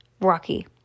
Rocky